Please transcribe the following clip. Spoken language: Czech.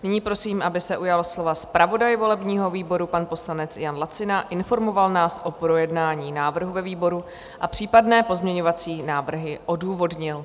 Nyní prosím, aby se ujal slova zpravodaj volebního výboru, pan poslanec Jan Lacina, informoval nás o projednání návrhu ve výboru a případné pozměňovací návrhy odůvodnil.